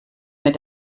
mehr